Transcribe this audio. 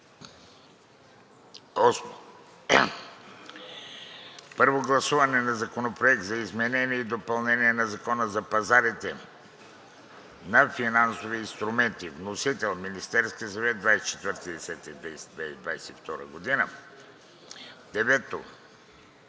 г. 8. Първо гласуване на Законопроекта за изменение и допълнение на Закона за пазарите на финансови инструменти. Вносител – Министерският съвет, 24 октомври